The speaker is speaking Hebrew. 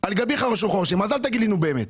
על גבי חרשו חורשים, אז אל תגיד לי 'נו, באמת'.